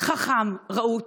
חכם, רהוט,